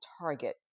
target